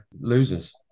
losers